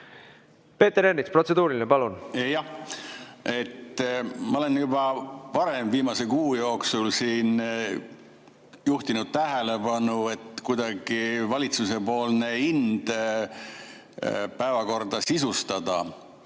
Peeter Ernits, protseduuriline, palun! Jah. Ma olen juba varem viimase kuu jooksul siin juhtinud tähelepanu, et valitsuse ind päevakorda sisustada